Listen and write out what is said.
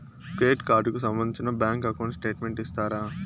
Credit card కు సంబంధించిన bank account statement ఇస్తారా?